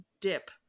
dip